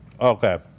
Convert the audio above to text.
Okay